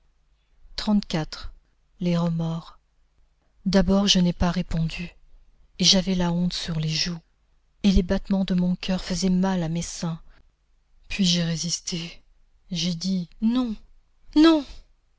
les remords d'abord je n'ai pas répondu et j'avais la honte sur les joues et les battements de mon coeur faisaient mal à mes seins puis j'ai résisté j'ai dit non non